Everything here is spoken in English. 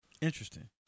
Interesting